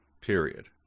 period